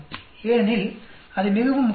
ஏனெனில் அது மிகவும் முக்கியமானது